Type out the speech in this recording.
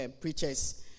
preachers